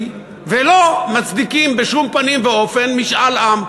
ולא מצדיקים בשום פנים ואופן משאל עם.